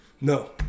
No